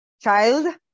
child